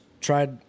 tried